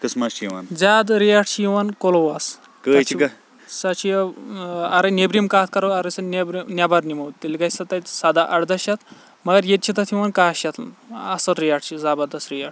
زیادٕ ریٹھ چھِ یِوان کُلوَس کٔہۍ چھِ سۄ چھِ اَگَرے نٮ۪برِم کَتھ کَرو اَگَر سُہ نٮ۪برٕ نٮ۪بَر نِمو تیٚلہِ گَژھہِ سۄ تَتہِ سَدَہ اَردَہ شیٚتھ مَگَر ییٚتہِ چھِ تَتھ یِوان کاہہ شیٚتھ اَصٕل ریٹھ چھِ زَبَردَست ریٹھ